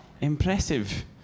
Impressive